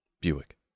Buick